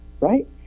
right